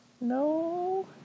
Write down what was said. No